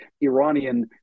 Iranian